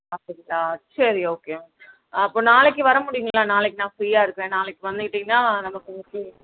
அப்படிங்களா சரி okay ma'am அப்போது நாளைக்கு வர முடியும்ங்களா நாளைக்கு நான் ஃப்ரீயாக இருப்பேன் நாளைக்கு வந்துவிட்டீங்கனா நம்ம பேசி